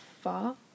far